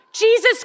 Jesus